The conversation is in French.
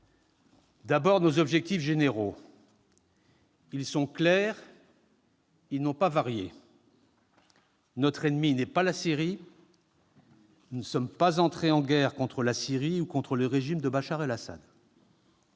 D'abord, nos objectifs généraux : ils sont clairs et n'ont pas varié. Notre ennemi n'est pas la Syrie. Nous ne sommes pas entrés en guerre contre la Syrie ou contre le régime de Bachar al-Assad.